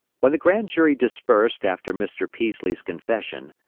when the grand jury dispersed after mr. peaslee's confession,